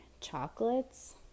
chocolates